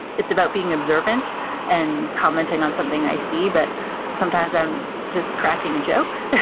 it's about being observant and commenting on something i see, but sometimes i'm just cracking a joke.